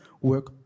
work